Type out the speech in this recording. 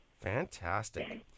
Fantastic